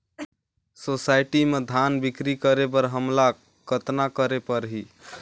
Society म धान बिक्री करे बर हमला कतना करे परही?